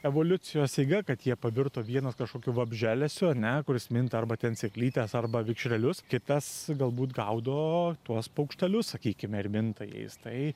evoliucijos eiga kad jie pavirto vienas kažkokiu vabzdžialesiu ane kuris minta arba ten sėklytes arba vikšrelius kitas galbūt gaudo tuos paukštelius sakykime ir minta jais tai